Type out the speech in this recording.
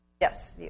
Yes